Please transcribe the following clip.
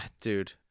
dude